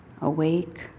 awake